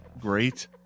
great